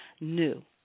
new